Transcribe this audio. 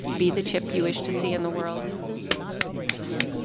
be the chip you wish to see in the world yes